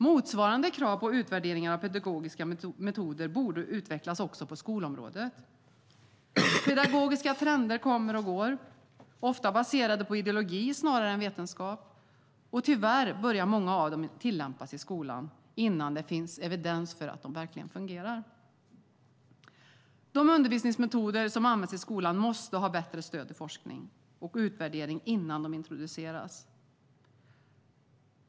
Motsvarande krav på utvärdering av pedagogiska metoder borde utvecklas också på skolområdet. Pedagogiska trender kommer och går, ofta baserade på ideologi snarare än vetenskap, och tyvärr börjar många av dem tillämpas i skolan innan det finns evidens för att de verkligen fungerar. De undervisningsmetoder som används i skolan måste ha bättre stöd i forskning och utvärdering innan de introduceras.